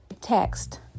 text